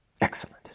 Excellent